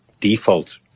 default